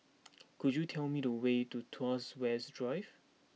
could you tell me the way to Tuas West Drive